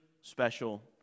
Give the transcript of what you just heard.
special